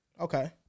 Okay